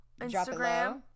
Instagram